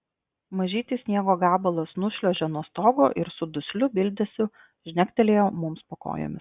mažytis sniego gabalas nušliuožė nuo stogo ir su dusliu bildesiu žnektelėjo mums po kojomis